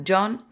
John